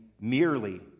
merely